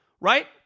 Right